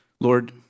Lord